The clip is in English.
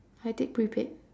I take prepaid